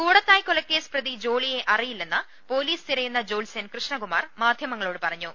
കൂടത്തായ് കൊലക്കേസ് പ്രതി ജോളിയെ അറിയില്ലെന്ന് പൊലീസ് തിരയുന്ന് ജോത്സൃൻ കൃഷ്ണകുമാർ മാധ്യമങ്ങളോട് പറഞ്ഞു